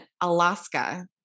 Alaska